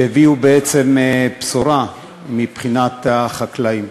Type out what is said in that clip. שהביאו בעצם בשורה מבחינת החקלאים.